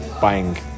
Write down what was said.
buying